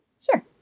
sure